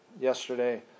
yesterday